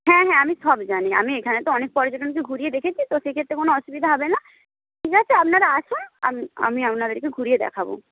হ্যাঁ হ্যাঁ আমি সব জানি আমি এখানে তো অনেক পর্যটনকে ঘুরিয়ে দেখেছি তো সেক্ষেত্রে কোনো অসুবিধা হবে না ঠিক আছে আপনারা আসুন আমি আপনাদেরকে ঘুরিয়ে দেখাব